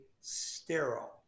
sterile